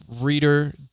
reader